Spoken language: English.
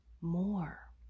more